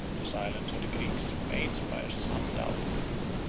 the silence of the greeks may inspire some doubt of the truth,